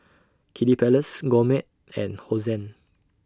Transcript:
Kiddy Palace Gourmet and Hosen